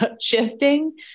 shifting